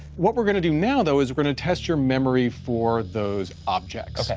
what we're gonna do now, though, is we're gonna test your memory for those objects.